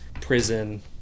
prison